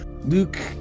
Luke